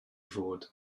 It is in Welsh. fod